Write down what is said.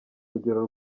rugero